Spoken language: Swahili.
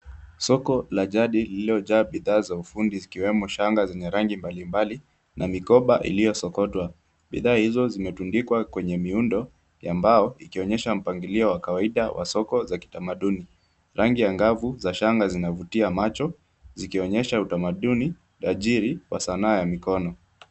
Soko la jadi lililojaa bidhaa za ufundi zikiwemo shanga zenye rangi mbalimbali na mikoba iliyosokotwa. Bidhaa hizo zimetundikwa kwenye miundo ya mbao ikionyesha mpangilio wa kawaida wa soko za kitamaduni. Rangi angavu za shanga zinavutia macho zikionyesha utamaduni tajiri wa sanaa ya mikono.